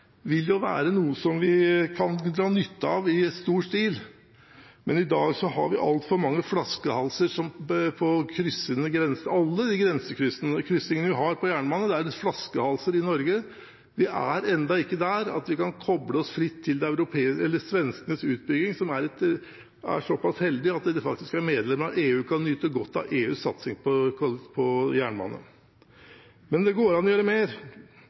vil være noe vi kan dra nytte av i stor stil, men i dag er alle grensekryssingene på jernbanen flaskehalser i Norge. Vi er enda ikke der at vi kan koble oss fritt til svenskenes utbygging – som er såpass heldige at de faktisk er medlem av EU og kan nyte godt av EUs satsing på jernbane. Men det går an å gjøre mer.